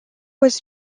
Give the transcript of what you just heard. was